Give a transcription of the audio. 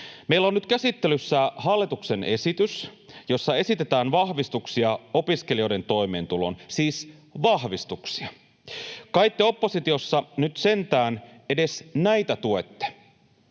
Meillä on nyt käsittelyssä hallituksen esitys, jossa esitetään vahvistuksia opiskelijoiden toimeentuloon — siis vahvistuksia. Kai te oppositiossa nyt sentään edes näitä tuette?